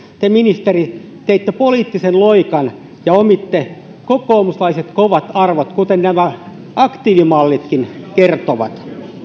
te ministeri teitte poliittisen loikan ja omitte kokoomuslaiset kovat arvot kuten nämä aktiivimallitkin kertovat